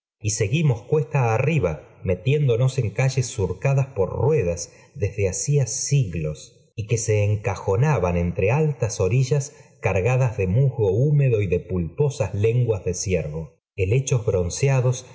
y seguimos cuesta arriba metiéndonos en calles surcadas por ruedas desde hacía siglos y que se encajonaban entre altas orillas cargadas de musgo húmedo y de pulposas lenguas de ciervo heléchos